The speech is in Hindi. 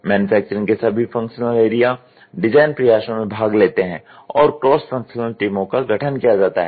मैन्युफैक्चरिंग के सभी फंक्शनल एरिया डिजाइन प्रयासों में भाग लेते हैं और क्रॉस फ़ंक्शनल टीमों का गठन किया जाता है